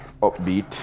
upbeat